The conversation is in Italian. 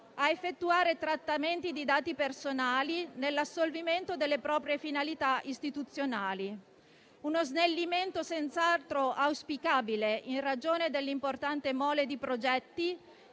a effettuare trattamenti dei dati personali nell'assolvimento delle proprie finalità istituzionali, uno snellimento senz'altro auspicabile in ragione dell'importante mole di progetti